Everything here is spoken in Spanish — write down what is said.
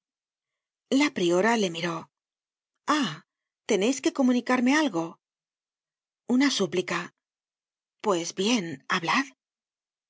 la priora le miró ahí teneis que comunicarme algo una súplica pues bien hablad